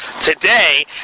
today